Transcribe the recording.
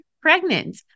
pregnant